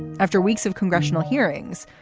after weeks of congressional hearings,